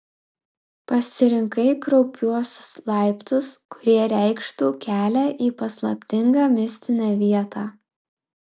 pasirinkai kraupiuosius laiptus kurie reikštų kelią į paslaptingą mistinę vietą